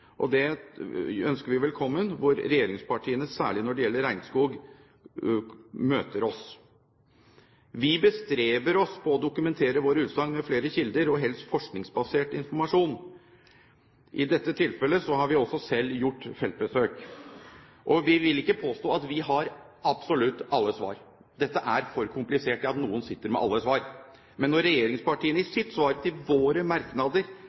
det ønsker vi velkommen, hvor regjeringspartiene, særlig når det gjelder regnskog, møter oss. Vi bestreber oss på å dokumentere våre utsagn med flere kilder og helst forskningsbasert informasjon. I dette tilfellet har vi også selv gjort feltbesøk. Vi vil ikke påstå at vi har absolutt alle svar. Dette er for komplisert til at noen sitter med alle svar. Men når regjeringspartiene i sitt svar til våre merknader